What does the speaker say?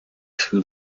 two